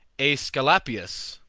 aesculapius,